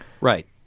Right